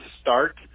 start